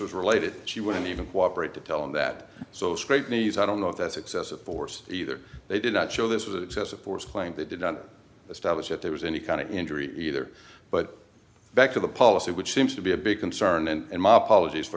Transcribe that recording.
was related she wouldn't even cooperate to tell him that so straight knees i don't know if that's excessive force either they did not show this with excessive force claim they did not establish that there was any kind of injury either but back to the policy which seems to be a big concern